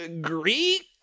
Greek